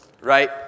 Right